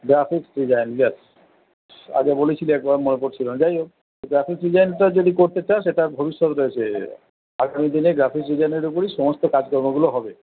graphics design yes আগে বলেছিলি একবার মনে পড়ছিল না যাই হোক গ্রাফিক্স ডিজাইনটা যদি করতে চাস এটার ভবিষ্যৎ রয়েছে আগামী দিনে গ্রাফিক্স ডিজাইনের উপরই সমস্ত কাজকর্মগুলো হবে